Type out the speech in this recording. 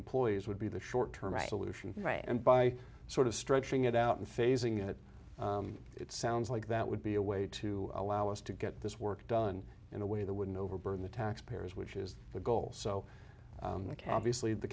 employees would be the short term solution and by sort of stretching it out and phasing it it sounds like that would be a way to allow us to get this work done in a way that wouldn't overburden the taxpayers which is the goal so the cabbies leave the